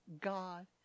God